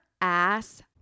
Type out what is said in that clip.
ass